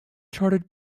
chartered